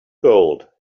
gold